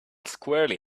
squarely